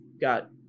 Got